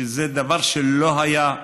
שזה דבר שלא היה,